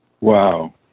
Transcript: Wow